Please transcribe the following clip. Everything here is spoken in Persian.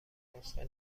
نسخه